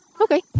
Okay